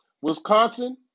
Wisconsin